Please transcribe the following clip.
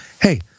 Hey